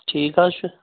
ٹھیٖک حظ چھُ